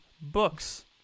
books